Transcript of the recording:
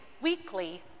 weekly